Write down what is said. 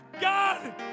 God